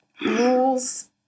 rules